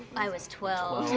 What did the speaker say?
i was twelve.